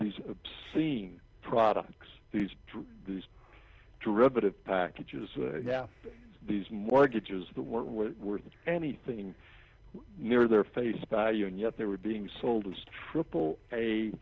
these obscene products these these derivative packages these mortgages that weren't worth anything near their face value and yet they were being sold as triple a